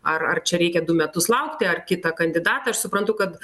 ar ar čia reikia du metus laukti ar kitą kandidatą aš suprantu kad